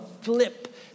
flip